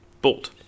Bolt